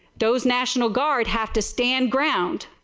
those national guards have to stands ground.